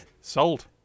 Sold